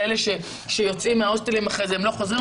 לאלה שיוצאים מההוסטלים ואחר כך לא חוזרים,